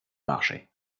marcher